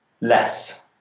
less